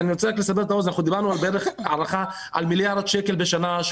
דיברנו על מיליארד שקלים בשנה,